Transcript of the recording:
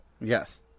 Yes